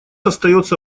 остается